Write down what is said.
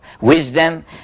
wisdom